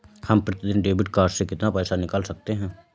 हम प्रतिदिन debit card से कितना पैसा निकाल सकते हैं?